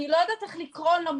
אני לא יודעת איך לקרוא לו,